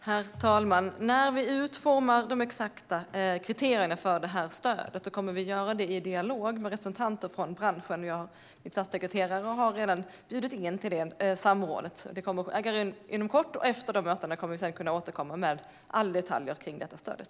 Herr talman! Vi kommer att utforma de exakta kriterierna för stödet i dialog med representanter från branschen. Min statssekreterare har redan bjudit in till samråd. Det kommer att äga rum inom kort. Efter de mötena kommer vi säkert att kunna återkomma med alla detaljer om stödet.